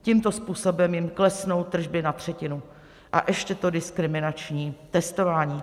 Tímto způsobem jim klesnou tržby na třetinu a ještě to diskriminační testování.